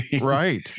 Right